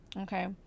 Okay